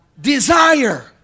desire